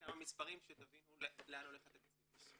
בכמה מספרים שתבינו לאן הולך התקציב.